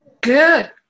good